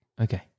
Okay